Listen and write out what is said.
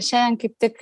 šiandien kaip tik